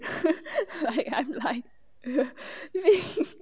I'm like